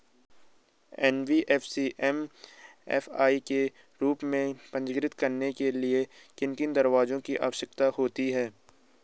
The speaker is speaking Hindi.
एन.बी.एफ.सी एम.एफ.आई के रूप में पंजीकृत कराने के लिए किन किन दस्तावेज़ों की आवश्यकता होती है?